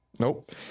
Nope